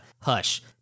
Hush